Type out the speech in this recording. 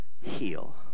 Heal